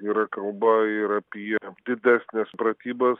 yra kalba ir apie didesnes pratybas